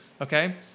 Okay